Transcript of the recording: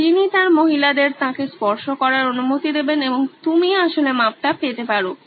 তাই তিনি তাঁর মহিলাদের তাঁকে স্পর্শ করার অনুমতি দেবেন এবং তুমি আসলে মাপটা পেতে পারো